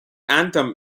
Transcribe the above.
anthem